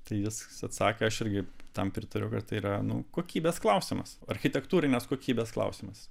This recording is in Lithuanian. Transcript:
tai jis atsakė aš irgi tam pritaria kad tai yra nu kokybės klausimas architektūrinės kokybės klausimas